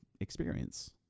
experience